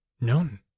None